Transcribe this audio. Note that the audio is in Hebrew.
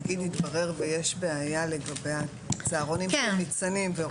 נגיד מתברר שיש בעיה לגבי הצהרונים של ניצנים ורוצים --- כן.